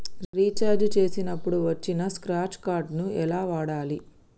Recharge చేసినప్పుడు వచ్చిన scratch card ఎలా వాడాలి?